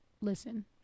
Listen